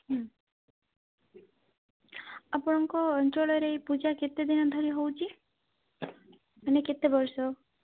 ଆପଣଙ୍କ ଅଞ୍ଚଳରେ ଏ ପୂଜା କେତେ ଦିନ ଧରି ହେଉଛି ମାନେ କେତେ ବର୍ଷ